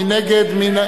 מי נגד?